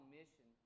mission